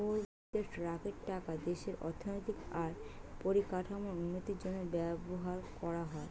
নাগরিকদের ট্যাক্সের টাকা দেশের অর্থনৈতিক আর পরিকাঠামোর উন্নতির জন্য ব্যবহার কোরা হয়